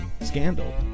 Scandal